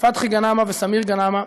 פתחי גנאמה וסמיר גנאמה,